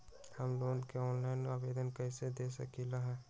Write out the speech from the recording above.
हम लोन के ऑनलाइन आवेदन कईसे दे सकलई ह?